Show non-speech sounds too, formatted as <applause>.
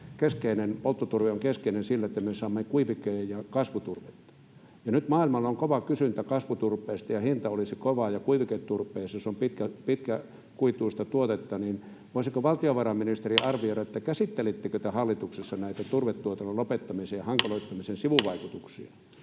Polttoturve on keskeinen siinä, että me saamme kuivike- ja kasvuturvetta. Ja kun nyt maailmalla on kova kysyntä kasvuturpeesta ja kuiviketurpeesta, jos se on pitkäkuituista tuotetta, ja kun hinta olisi kova, niin voisiko valtiovarainministeri <noise> arvioida, käsittelittekö te hallituksessa näitä turvetuotannon lopettamisen ja hankaloittamisen sivuvaikutuksia?